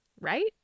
right